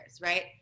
right